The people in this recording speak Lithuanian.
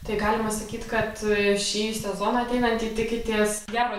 tai galima sakyt kad šį sezoną ateinantį tikitės gero